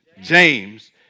James